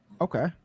Okay